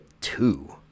two